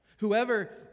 Whoever